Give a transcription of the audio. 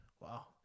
Wow